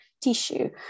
tissue